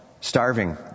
Starving